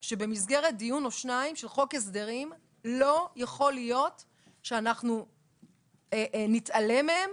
שבמסגרת דיון או שניים של חוק הסדרים לא יכול להיות שאנחנו נתעלם מהם